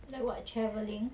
like what travelling